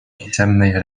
pisemnej